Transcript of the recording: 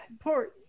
poor